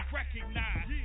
recognize